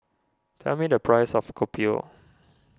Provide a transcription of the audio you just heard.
tell me the price of Kopi O